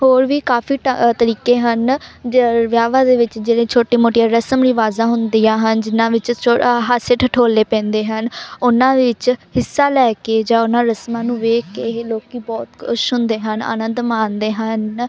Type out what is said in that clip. ਹੋਰ ਵੀ ਕਾਫੀ ਟਾ ਅ ਤਰੀਕੇ ਹਨ ਜਿ ਵਿਆਹਾਂ ਦੇ ਵਿੱਚ ਜਿਹੜੇ ਛੋਟੇ ਮੋਟੀਆਂ ਰਸਮ ਰਿਵਾਜਾਂ ਹੁੰਦੀਆਂ ਹਨ ਜਿਨ੍ਹਾਂ ਵਿੱਚ ਛੋ ਹਾਸੇ ਠਠੋਲੇ ਪੈਂਦੇ ਹਨ ਉਹਨਾਂ ਦੇ ਵਿੱਚ ਹਿੱਸਾ ਲੈ ਕੇ ਜਾਂ ਉਹਨਾਂ ਰਸਮਾਂ ਨੂੰ ਦੇਖ ਕੇ ਇਹ ਲੋਕ ਬਹੁਤ ਖੁਸ਼ ਹੁੰਦੇ ਹਨ ਆਨੰਦ ਮਾਣਦੇ ਹਨ